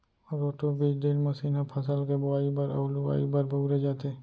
roto बीज drill machine ह फसल के बोवई बर अउ लुवाई बर बउरे जाथे